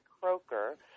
Croker